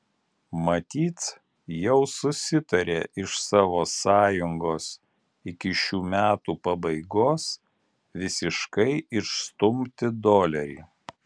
matyt jau susitarė iš savo sąjungos iki šių metų pabaigos visiškai išstumti dolerį